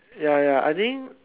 ya ya I think